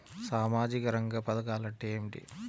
సామాజిక రంగ పధకాలు అంటే ఏమిటీ?